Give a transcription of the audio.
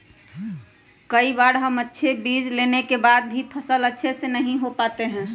कई बार हम अच्छे बीज लेने के बाद भी फसल अच्छे से नहीं हो पाते हैं?